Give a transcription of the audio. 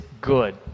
good